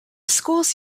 schools